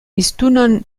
hiztunon